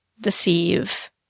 deceive